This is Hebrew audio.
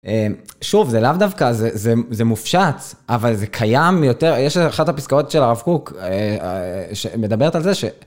שוב, זה לאו דווקא, זה מופשץ, אבל זה קיים מיותר, יש אחת הפסקאות של הרב קוק, שמדברת על זה,